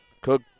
Cook